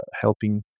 helping